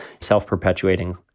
self-perpetuating